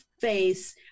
face